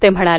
ते म्हणाले